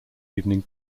evening